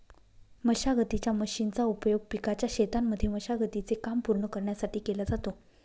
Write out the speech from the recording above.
मशागतीच्या मशीनचा उपयोग पिकाच्या शेतांमध्ये मशागती चे काम पूर्ण करण्यासाठी केला जातो